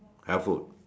helpful